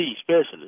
specialist